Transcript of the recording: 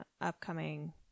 upcoming